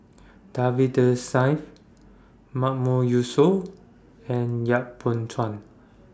Davinder Mahmood Yusof and Yap Boon Chuan